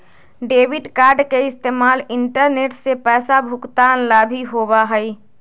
debit card के इस्तेमाल internet से पैसा भुगतान ला भी होबा हई